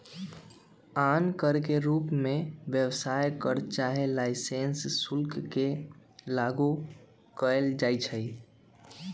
आन कर के रूप में व्यवसाय कर चाहे लाइसेंस शुल्क के लागू कएल जाइछै